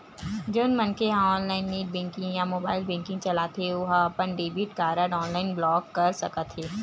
जउन मनखे ह ऑनलाईन नेट बेंकिंग या मोबाईल बेंकिंग चलाथे ओ ह अपन डेबिट कारड ऑनलाईन ब्लॉक कर सकत हे